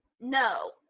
no